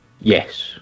Yes